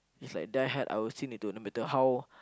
is like die hard I still need to no matter how